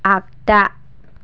आगदा